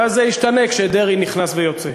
אז זה השתנה כשדרעי נכנס ויוצא.